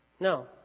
No